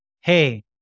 hey